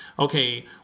okay